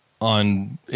on